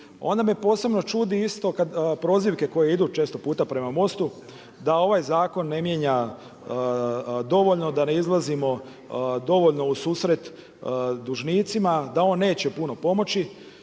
Onda me posebno čudi isto kad prozivke koje idu, često puta prema Mostu da ovaj zakon ne mijenja dovoljno, da ne izlazimo dovoljno u susret dužnicima, da on neće puno pomoći.